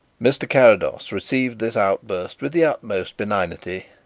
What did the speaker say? mr. carrados received this outburst with the utmost benignity.